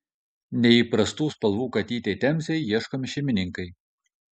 neįprastų spalvų katytei temzei ieškomi šeimininkai